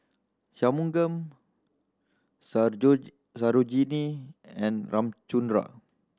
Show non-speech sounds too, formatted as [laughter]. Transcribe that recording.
Shunmugam [unintelligible] Sarojini and Ramchundra